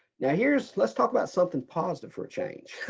now here's, let's talk about something positive for a change.